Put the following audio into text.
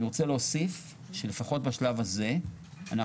אני רוצה להוסיף שלפחות בשלב הזה אנחנו